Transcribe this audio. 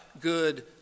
good